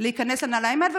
להיכנס לנעליים האלה,